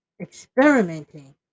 experimenting